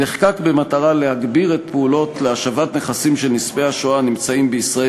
נחקק במטרה להגביר את הפעולות להשבת נכסים של נספי השואה הנמצאים בישראל